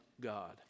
God